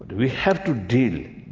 we have to deal